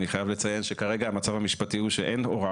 אני חייב לציין שכרגע המצב המשפטי הוא שאין הוראה